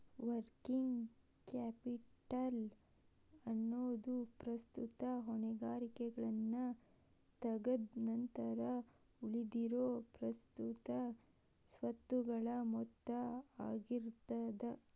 working capital ಎನ್ನೊದು ಪ್ರಸ್ತುತ ಹೊಣೆಗಾರಿಕೆಗಳನ್ನ ತಗದ್ ನಂತರ ಉಳಿದಿರೊ ಪ್ರಸ್ತುತ ಸ್ವತ್ತುಗಳ ಮೊತ್ತ ಆಗಿರ್ತದ